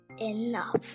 enough